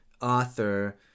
author